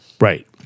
Right